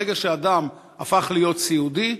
ברגע שאדם הפך להיות סיעודי,